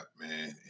man